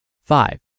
Five